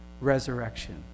resurrection